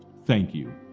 thank you.